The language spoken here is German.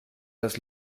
das